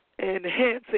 enhancing